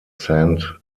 saint